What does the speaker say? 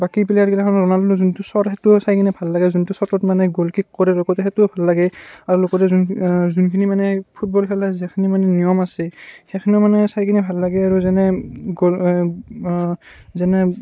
বাকী প্লেয়াৰগিলাখানৰ ৰণাল্ডোৰ যোনটো শ্বট সেইটোও চাই কিনে ভাল লাগে যোনটো শ্বটত মানে গ'ল কিক্ কৰে আৰু লগতে সেইটোও ভাল লাগে আৰু লগতে যোন যোনখিনি মানে ফুটবলৰ খেলাৰ যিখনি মানে নিয়ম আছে সেইখিনিও মানে আৰু চাই কিনে ভাল লাগে আৰু যেনে গ'ল যেনে